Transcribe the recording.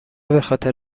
بخاطر